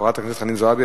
חברת הכנסת חנין זועבי,